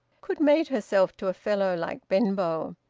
could mate herself to a fellow like benbow.